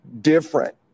different